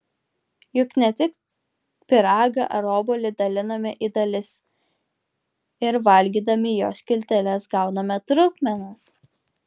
juk ne tik pyragą ar obuolį daliname į dalis ir valgydami jo skilteles gauname trupmenas